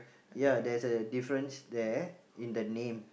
ya there's a difference there in the name